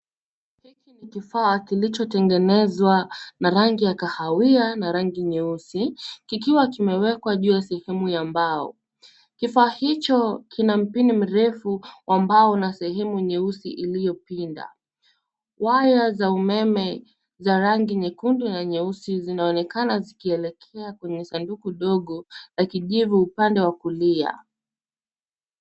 Hiki ni kifaa kilichotengenezwa na rangi ya kahawia na rangi nyeusi kikiwa kimewekwa juu ya sehemu ya mbao. Kifaa hicho kina mpini mrefu mbao na sehemu nyeusi iliyopinda. Waya za umeme za rangi nyekundu na nyeusi zinaonekana zikielekea kwenye sanduku dogo la kijivu upande wa kulia.